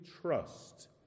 Trust